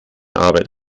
arbeit